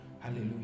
Hallelujah